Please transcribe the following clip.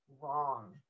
wrong